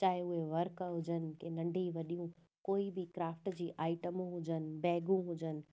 चाहे उहे वर्क हुजनि की नंढी वॾियूं कोई बि क्राफ्ट जी आइटमियूं हुजनि बैगियूं हुजनि